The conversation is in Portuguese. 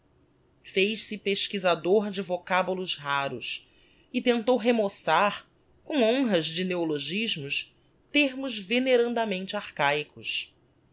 fez-se pesquizador de vocabulos raros e tentou remoçar com honras de neologismos termos venerandamente archaicos